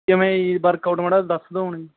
ਕਿਵੇਂ ਜੀ ਵਰਕਆਊਟ ਮਾੜਾ ਜਿਹਾ ਦੱਸ ਦਿਓ ਹੁਣ ਜੀ